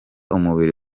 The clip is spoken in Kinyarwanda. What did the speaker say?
umubiri